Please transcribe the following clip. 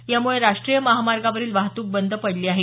यामुळे राष्ट्रीय महामार्गावरील वाहतूक बंद पडली आहे